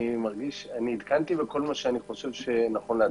אני עדכנתי בכל מה שאני חושב שנכון לעדכן.